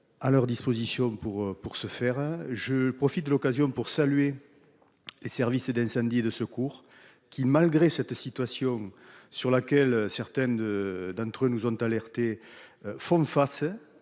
À leur disposition pour pour se faire, je profite de l'occasion pour saluer. Et services d'incendie et de secours qui, malgré cette situation sur laquelle certaines. D'entre nous ont alertés. Font face.